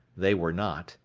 they were not,